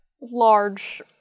large